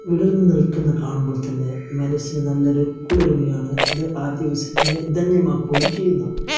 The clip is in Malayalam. വിടര്ന്നു നില്ക്കുന്നത് കാണുമ്പോള് തന്നെ മനസിന് നല്ല ഒരു കുളിര്മയാണ് ഇത് ആ ദിവസത്തിനെ ധന്യമാക്കുകയും ചെയ്യുന്നു